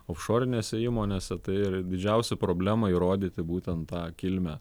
ofšorinėse įmonėse tai yra didžiausia problema įrodyti būtent tą kilmę